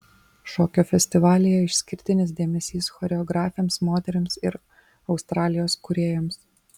šokio festivalyje išskirtinis dėmesys choreografėms moterims ir australijos kūrėjams